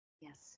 Yes